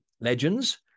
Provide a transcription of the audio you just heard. legends